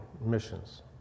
missions